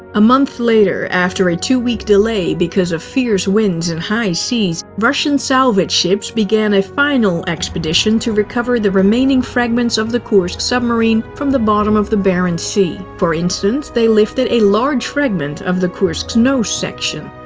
a month later, after a two-week delay because of fierce winds and high seas, russian salvage ships began a final expedition to recover the remaining fragments of the kursk submarine from the bottom of the barents sea. for instance, they lifted a large fragment of the kursk's nose section.